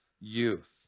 youth